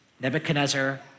Nebuchadnezzar